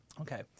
Okay